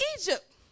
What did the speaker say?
Egypt